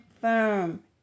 firm